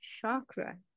chakra